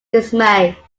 dismay